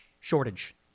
shortage